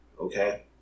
Okay